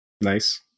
Nice